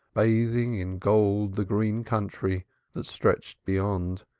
bathing in gold the green country that stretched beyond,